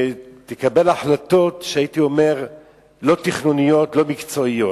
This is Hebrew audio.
ותקבל החלטות לא תכנוניות, לא מקצועיות.